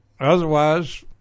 Otherwise